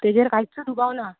तेजेर कांयच दुबाव ना